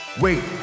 Wait